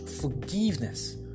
forgiveness